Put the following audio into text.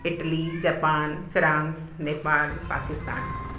Italy Japan France Nepal Pakistan